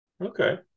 Okay